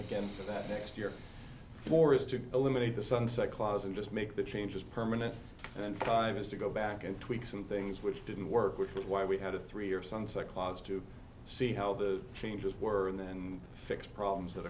again that next year for us to eliminate the sunset clause and just make the changes permanent in five years to go back and tweak some things which didn't work which is why we had a three year sunset clause to see how the changes were and then fix problems that